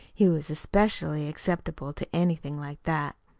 he was especially acceptable to anything like that.